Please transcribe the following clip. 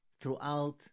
throughout